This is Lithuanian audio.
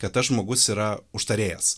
kad tas žmogus yra užtarėjas